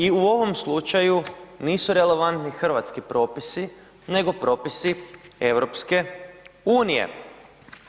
I u ovom slučaju nisu relevantni hrvatski propisi nego propisi EU-a.